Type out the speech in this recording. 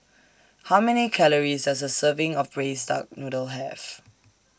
How Many Calories Does A Serving of Braised Duck Noodle Have